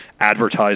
advertise